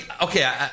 okay